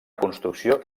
construcció